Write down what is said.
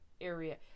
area